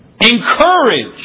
encourage